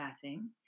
chatting